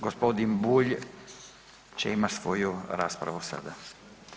Gospodin Bulj će imati svoju raspravu sada.